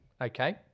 Okay